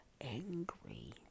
angry